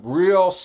real